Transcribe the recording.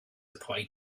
applied